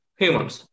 humans